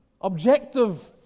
objective